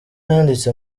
yanditse